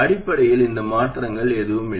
அடிப்படையில் இந்த மாற்றங்கள் எதுவும் இல்லை